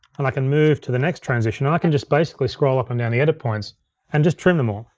and i can move to the next transition, or i can just basically scroll up and down the edit points and just trim them all.